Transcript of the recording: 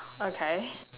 okay